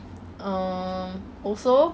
um also